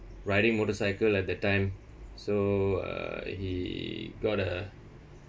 riding motorcycle at that time so uh he got the